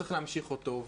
שצריך להמשיך אותו.